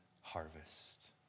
harvest